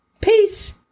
Peace